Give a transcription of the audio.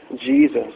Jesus